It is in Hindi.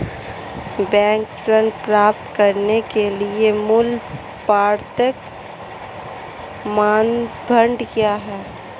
बैंक ऋण प्राप्त करने के लिए मूल पात्रता मानदंड क्या हैं?